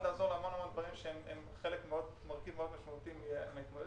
לעזור להמון דברים שהם מרכיב מאוד חשוב בהתמודדות.